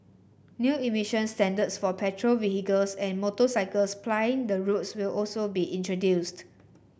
new emission standards for petrol vehicles and motorcycles plying the roads will also be introduced